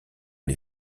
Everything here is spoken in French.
les